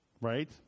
right